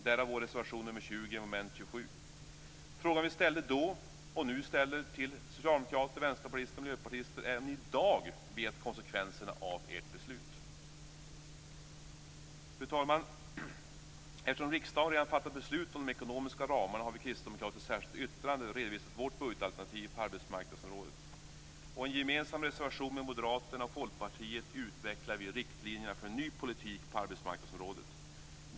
Därav vår reservation nr 20, mom. 27. Frågan som vi ställde då och som vi nu ställer till socialdemokrater, vänsterpartister och miljöpartister är om ni i dag vet konsekvenserna av ert beslut. Fru talman! Eftersom riksdagen redan har fattat beslut om de ekonomiska ramarna, har vi kristdemokrater i ett särskilt yttrande redovisat vårt budgetalternativ på arbetsmarknadsområdet. I en gemensam reservation med Moderaterna och Folkpartiet utvecklar vi riktlinjerna för en ny politik på arbetsmarknadsområdet.